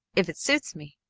if it suits me,